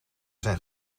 zijn